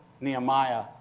Nehemiah